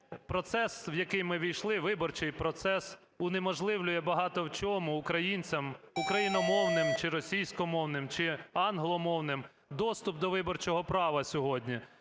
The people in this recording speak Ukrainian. процес, в який ми ввійшли, виборчий процес, унеможливлює багато в чому українцям україномовним чи російськомовним, чи англомовним доступ до виборчого права сьогодні.